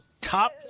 top